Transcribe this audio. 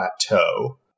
plateau